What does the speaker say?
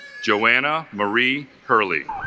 joanna marie hurley